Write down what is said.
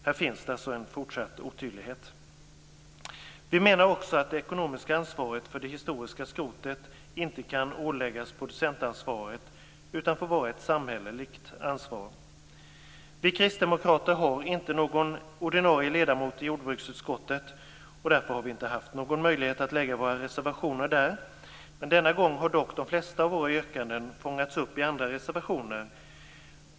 Här finns det alltså en fortsatt otydlighet. Vi menar också att det ekonomiska ansvaret för det historiska skrotet inte kan åläggas producenterna utan får vara ett samhälleligt ansvar. Vi kristdemokrater har inte någon ordinarie ledamot i jordbruksutskottet. Därför har vi inte haft någon möjlighet att lägga våra reservationer där. Men denna gång har dock de flesta av våra yrkanden fångats upp i andra reservationer.